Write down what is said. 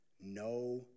no